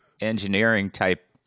engineering-type